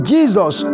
Jesus